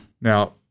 Now